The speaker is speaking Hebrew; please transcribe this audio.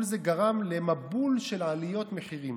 כל זה גרם למבול של עליות מחירים,